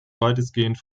weitestgehend